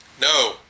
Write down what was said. No